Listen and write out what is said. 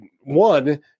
one